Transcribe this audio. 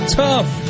tough